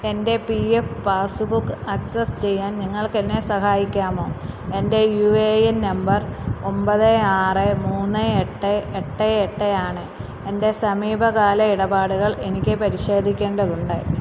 എൻ്റെ P F passbook access ചെയ്യാൻ നിങ്ങൾക്കെന്നെ സഹായിക്കാമോ എൻ്റെ യു എ എൻ നമ്പർ ഒമ്പത് ആറ് മൂന്ന് എട്ട് എട്ട് എട്ട് ആണ് എൻ്റെ സമീപകാല ഇടപാടുകൾ എനിക്ക് പരിശോധിക്കേണ്ടതുണ്ട്